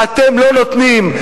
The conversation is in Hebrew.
ואתם לא נותנים.